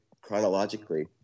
chronologically